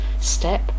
step